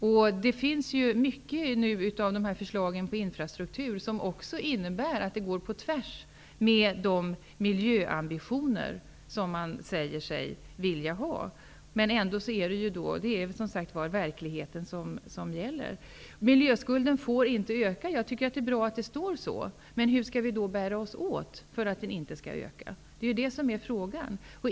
Många av dessa förslag om åtgärder för infrastrukturen går också på tvärs med de miljöambitioner som man säger sig vilja ha. Men det är verkligheten som gäller. Det är bra att det står att miljöskulden inte får öka. Men hur skall vi bära oss åt för att den inte skall öka? Det är det som är frågan.